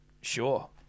Sure